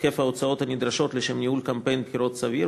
היקף ההוצאות הנדרשות לשם ניהול קמפיין בחירות סביר,